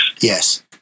Yes